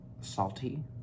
salty